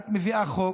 את מביאה חוק